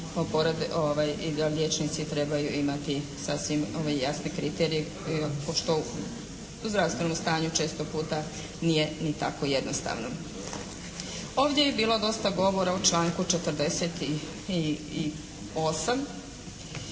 i da liječnici trebaju imati sasvim jasne kriterije, pošto zdravstveno stanje često puta nije ni tako jednostavno. Ovdje je bilo dosta govora o članku 48.